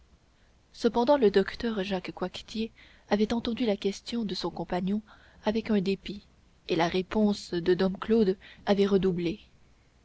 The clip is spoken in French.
cependant le docteur jacques coictier avait entendu la question de son compagnon avec un dépit que la réponse de dom claude avait redoublé